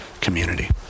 community